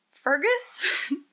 Fergus